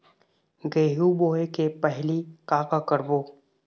गेहूं बोए के पहेली का का करबो?